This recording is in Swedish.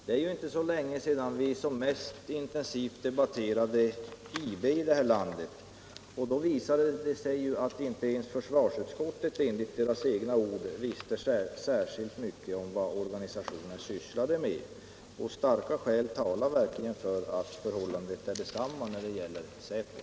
Det är inte så länge sedan vi här i landet intensivt debatterade IB affären, och då visade det sig ju att inte ens försvarsutskottet, enligt utskottets egna ord, visste särskilt mycket om vad IB sysslade med. Starka skäl talar verkligen för att förhållandet är detsamma när det gäller säpo.